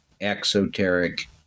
exoteric